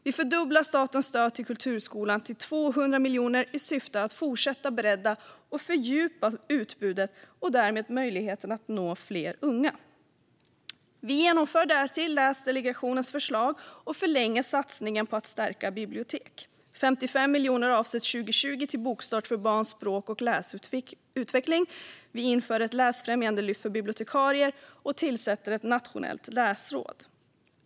Vi fördubblar statens stöd till kulturskolan till 200 miljoner i syfte att fortsätta bredda och fördjupa utbudet och därmed möjligheten att nå fler unga. Vi genomför därtill Läsdelegationens förslag och förlänger satsningen på att stärka bibliotek. 55 miljoner avsätts 2020 till Bokstart för barns språk och läsutveckling. Vi inför ett läsfrämjandelyft för bibliotekarier och tillsätter ett nationellt läsråd.